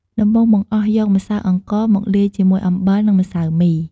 ដំបូងបង្អស់ យក ម្សៅអង្ករ មកលាយជាមួយ អំបិល និង ម្សៅមី។